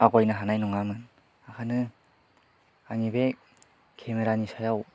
आवगायनो हानाय नङामोन बेखायनो आंनि बे केमेरानि सायाव